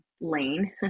lane